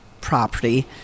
property